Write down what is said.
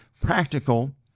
practical